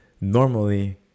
Normally